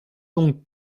donc